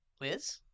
Liz